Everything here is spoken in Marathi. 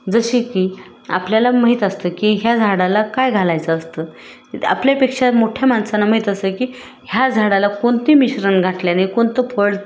जसे की आपल्याला माहीत असतं की ह्या झाडाला काय घालायचं असतं आपल्यापेक्षा मोठ्या माणसांना माहीत असतं की ह्या झाडाला कोणती मिश्रण घातल्याने कोणतं फळ